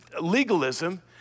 legalism